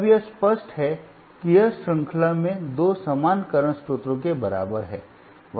अब यह स्पष्ट है कि यह श्रृंखला में दो समान करंट स्रोतों के बराबर है